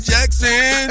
Jackson